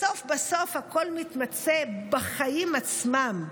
בסוף בסוף הכול מתמצה בחיים עצמם.